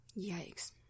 Yikes